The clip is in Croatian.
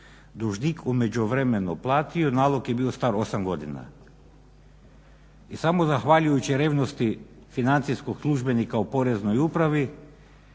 dužnik u međuvremenu platio, nalog je bio star 8 godina. I samo zahvaljujući revnosti financijskog službenika u Poreznoj upravi